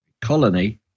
Colony